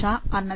" అన్నది